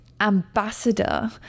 ambassador